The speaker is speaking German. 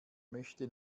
möchte